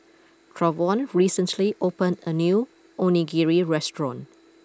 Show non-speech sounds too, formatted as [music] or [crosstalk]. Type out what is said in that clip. [noise] Travon recently opened a new Onigiri restaurant